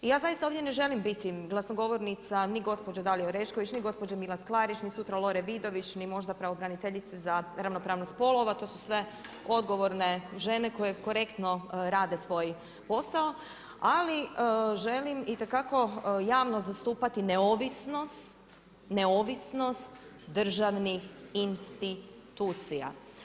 I ja zaista ovdje ne želim biti glasnogovornica ni gospođe Dalije Orešković, ni gospođe Milas Klarić, ni sutra Lore Vidović, ni možda pravobraniteljice za ravnopravnost spolova, to su sve odgovorne žene koje korektno rade svoj posao ali želim itekako javno zastupati neovisnost, neovisnost državnih institucija.